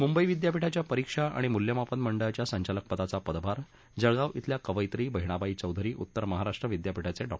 मुंबई विद्यापीठाच्या परीक्षा आणि मुल्यमापन मंडळाच्या संचालकपदाचा पदभार जळगाव येथील कवायत्री बहिणाबाई चौधरी उत्तर महाराष्ट्र विद्यापीठाचे डॉ